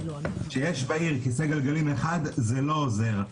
כשיש בעיר כיסא גלגלים אחד זה לא עוזר.